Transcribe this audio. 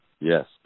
Yes